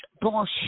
bullshit